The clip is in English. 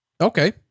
Okay